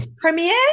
premiere